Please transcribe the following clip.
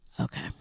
okay